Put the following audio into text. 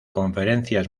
conferencias